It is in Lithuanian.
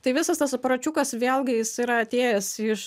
tai visas tas aparačiukas vėlgi jis yra atėjęs iš